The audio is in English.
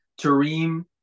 Tareem